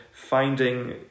finding